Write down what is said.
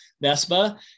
Vespa